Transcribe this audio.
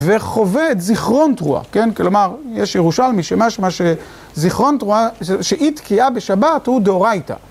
וחווה את זיכרון תרועה, כן? כלומר, יש ירושלמי שמשמע שזיכרון תרועה... שאי תקיעה בשבת, הוא דאורייתא.